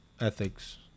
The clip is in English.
ethics